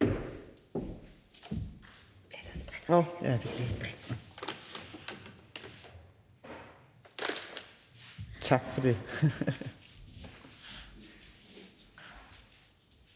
Tak for det.